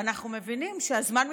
אנחנו מבינים שהזמן מתקצר.